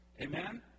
amen